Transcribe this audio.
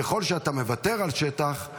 ככל שאתה מוותר על שטח,